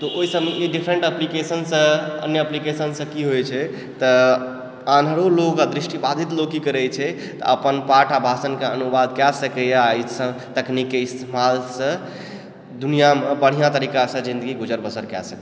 तऽ ओहि सभमे डिफरेन्ट एप्लीकेशनसँ अन्य एप्लीकेशनसँ कि होइत छै तऽ आनहरो लोग आ दृष्टि बाधित लोग कि करै छै तऽ अपन पाठ आ भाषणके अनुवाद कै सकैत यऽ एहिसँ तकनीकके इस्तमालसँ दुनिआमे बढिआँ तरीकासँ जिन्दगी गुजर बसर कै सकैत यऽ